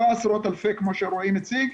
לא עשרות אלפי כמו שרועי מציג,